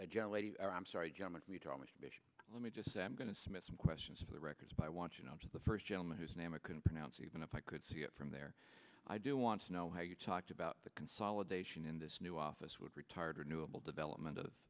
quantities or i'm sorry let me just say i'm going to submit some questions for the records but i want you know the first gentleman whose name i couldn't pronounce even if i could see it from there i do want to know how you talked about the consolidation in this new office would retired new about development of